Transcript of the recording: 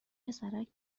پسرک